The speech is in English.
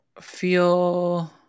feel